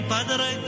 Padre